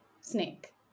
Snake